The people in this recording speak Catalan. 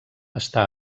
està